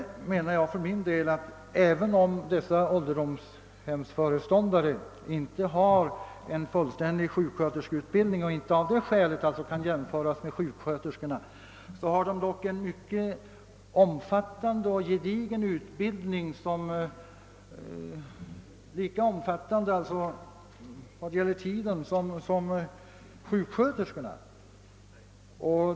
Även om ålderdomshemsföreståndarna inte har fullständig sjuksköterskeutbildning och därför inte kan jämställas med sjuksköterskorna i det avseendet, så har de dock en mycket omfattande och gedigen utbildning. Den är vad tiden beträffar lika omfattande som sjuksköterskornas.